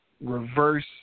reverse